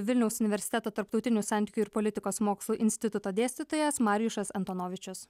vilniaus universiteto tarptautinių santykių ir politikos mokslų instituto dėstytojas marijušas antonovičius